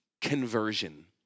conversion